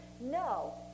No